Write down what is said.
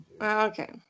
Okay